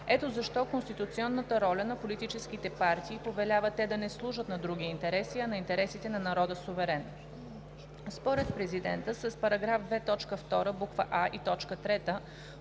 Ето защо, конституционната роля на политическите партии повелява те да не служат на други интереси, а на интересите на народа – суверен. Според президента с § 2, т. 2, буква „а“ и т. 3